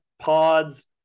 Pods